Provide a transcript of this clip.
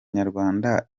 nyarwanda